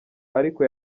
ariko